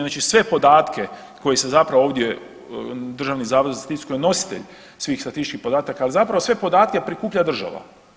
Znači sve podatke koji se zapravo ovdje Državni zavod za statistiku je nositelj svih statističkih podataka, a zapravo sve podatke prikuplja država.